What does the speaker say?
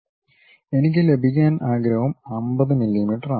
എനിക്ക് ലഭിക്കാൻ ആഗ്രഹം 50 മില്ലിമീറ്ററാണ്